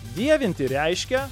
dievinti reiškia